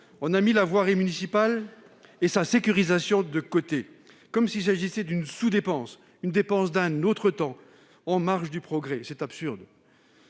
on a mis la voirie municipale et sa sécurisation de côté, comme s'il s'agissait d'une sous-dépense, une dépense d'un autre temps, en marge du progrès. C'est absurde